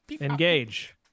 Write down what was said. engage